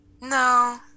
No